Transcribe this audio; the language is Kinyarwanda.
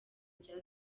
rya